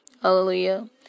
Hallelujah